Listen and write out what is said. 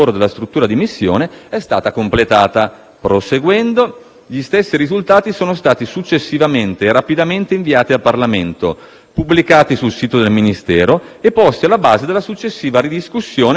Proseguendo, gli stessi risultati sono stati successivamente e rapidamente inviati al Parlamento, pubblicati sul sito del Ministero e posti alla base della successiva ridiscussione del progetto in seno al Governo.